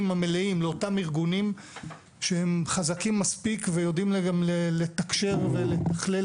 המלאים לאותם ארגונים שהם חזקים מספיק ויודעים לתקשר ולתכלל